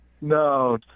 No